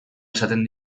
esaten